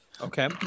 Okay